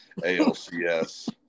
ALCS